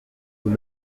vous